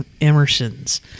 Emerson's